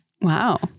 Wow